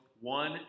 One